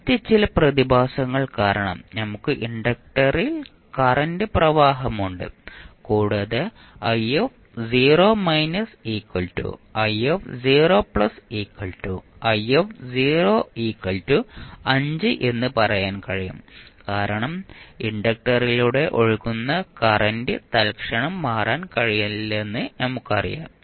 മറ്റ് ചില പ്രതിഭാസങ്ങൾ കാരണം നമുക്ക് ഇൻഡക്ടറിൽ കറന്റ് പ്രവാഹമുണ്ട് കൂടാതെ 5 എന്ന് പറയാൻ കഴിയും കാരണം ഇൻഡക്ടറിലൂടെ ഒഴുകുന്ന കറന്റ് തൽക്ഷണം മാറാൻ കഴിയില്ലെന്ന് നമുക്കറിയാം